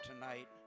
tonight